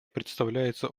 представляются